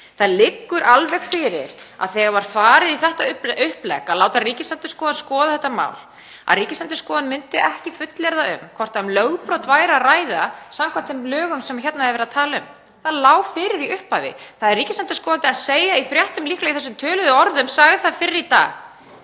Það liggur alveg fyrir að þegar farið var í það upplegg að láta Ríkisendurskoðun að skoða þetta mál að Ríkisendurskoðun myndi ekki fullyrða hvort um lögbrot væri að ræða samkvæmt þeim lögum sem hér er verið að tala um. Það lá fyrir í upphafi. Það er ríkisendurskoðandi að segja í fréttum líklega í þessum töluðu orðum, hann sagði það fyrr í dag.